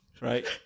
right